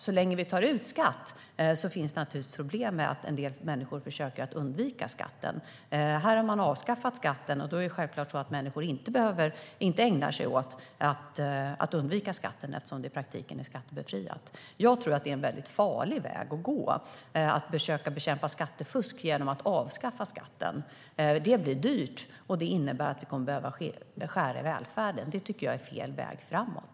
Så länge man tar ut skatt finns det naturligtvis problem med att en del människor försöker att undvika att betala skatt. Här har man avskaffat skatten, och då är det självklart att människor inte ägnar sig åt att undvika skatten, eftersom dessa tjänster i praktiken är skattebefriade. Jag tror att det är en väldigt farlig väg att gå att bekämpa skattefusk genom att avskaffa skatten. Det blir dyrt, och det innebär att vi kommer att behöva skära i välfärden. Det tycker jag är fel väg framåt.